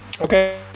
okay